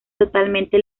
totalmente